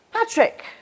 Patrick